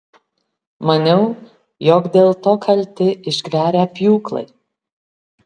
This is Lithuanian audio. maniau jog dėl to kalti išgverę pjūklai